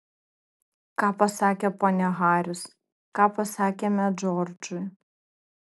ką pasakė ponia haris ką pasakėme džordžui